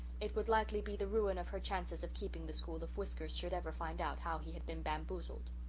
it would likely be the ruin of her chances of keeping the school if whiskers should ever find out how he had been bamboozled.